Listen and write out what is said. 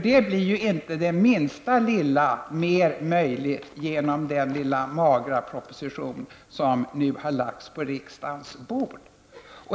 Det blir ju inte det minsta lilla mer möjligt genom den lilla magra proposition som nu har lagts på riksdagens bord.